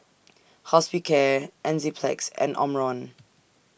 Hospicare Enzyplex and Omron